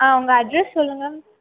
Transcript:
ஆ உங்கள் அட்ரஸ் சொல்லுங்கள்